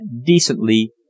decently